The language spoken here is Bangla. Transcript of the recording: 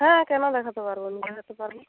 হ্যাঁ কেন দেখাতে পারব না দেখাতে পারবো